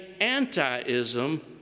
antiism